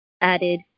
added